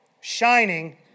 shining